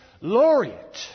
laureate